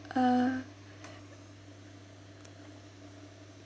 uh